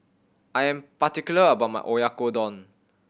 I am particular about my Oyakodon